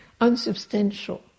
unsubstantial